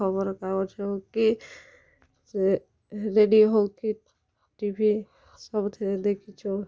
ଖବରକାଗଜ ହେଉ କି ସେ ରେଡ଼ିଓ ହେଉ କି ଟିଭି ସବୁଥିରେ ଦେଖିଛୁଁ